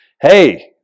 hey